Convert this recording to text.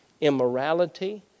immorality